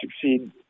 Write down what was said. succeed